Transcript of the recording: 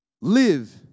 live